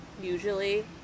usually